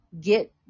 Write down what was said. Get